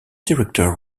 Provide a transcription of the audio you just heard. director